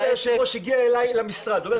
ראש הגיע אלי למשרד ואומר,